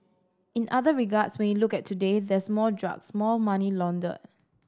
in other regards when you look at today there's more drugs more money laundered